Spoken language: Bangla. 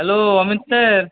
hello Amit sir